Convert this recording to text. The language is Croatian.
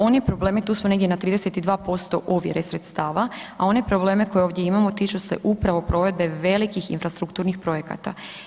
Oni problemi, tu smo negdje na 32% ovjere sredstava, a one probleme koje ovdje imamo tiču se upravo provedbe velikih infrastrukturnih projekata.